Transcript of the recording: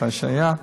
כשהייתה,